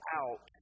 out